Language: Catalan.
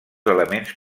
elements